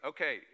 Okay